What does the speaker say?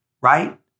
right